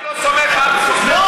אני לא סומך על סוכני ביטוח.